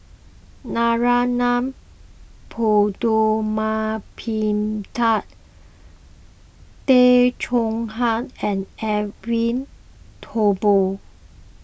Narana Putumaippittan Tay Chong Hai and Edwin Thumboo